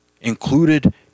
included